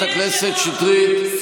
הוא מתנהג בשיא